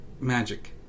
magic